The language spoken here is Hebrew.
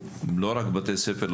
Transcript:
לא רק בתי ספר,